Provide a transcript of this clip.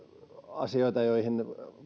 asioita joihin